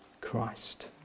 Christ